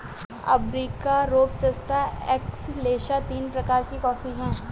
arabica robusta excelsa तीन प्रकार के कॉफी हैं